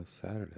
Saturday